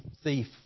thief